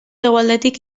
hegoaldetik